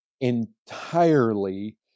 entirely